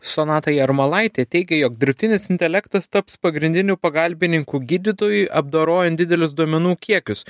sonata jarmalaitė teigia jog dirbtinis intelektas taps pagrindiniu pagalbininku gydytojui apdorojant didelius duomenų kiekius